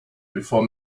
before